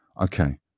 Okay